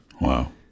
wow